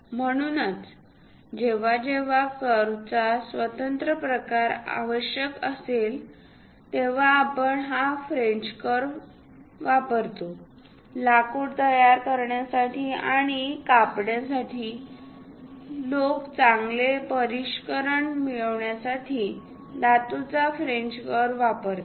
म्हणूनच जेव्हा जेव्हा कर्वचा स्वतंत्र प्रकार आवश्यक असेल तेव्हा आपण या फ्रेंच कर्वचा वापर करतो लाकूड तयार करण्यासाठी आणि कापण्यासाठी लोक चांगले परिष्करण मिळविण्यासाठी धातूचा फ्रेंच कर्व वापरतात